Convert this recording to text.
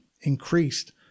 increased